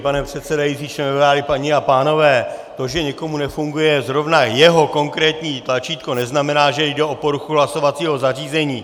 Pane předsedající, členové vlády, paní a pánové, to, že někomu nefunguje zrovna jeho konkrétní tlačítko, neznamená, že jde o poruchu hlasovacího zařízení.